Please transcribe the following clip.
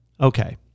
Okay